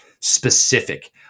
specific